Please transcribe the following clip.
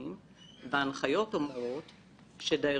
אני יכולה לדבר על עצמי,